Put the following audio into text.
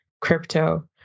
crypto